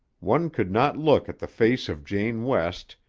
one could not look at the face of jane west,